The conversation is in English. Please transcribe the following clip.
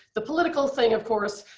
the political thing of course,